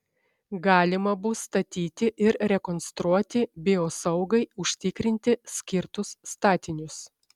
galima bus statyti ir rekonstruoti biosaugai užtikrinti skirtus statinius